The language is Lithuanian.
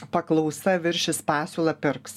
paklausa viršys pasiūlą pirks